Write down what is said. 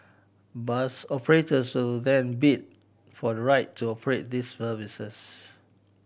bus operators then bid for the right to operate these services